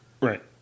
right